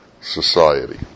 society